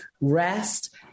rest